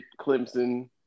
Clemson